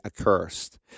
accursed